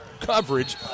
coverage